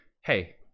hey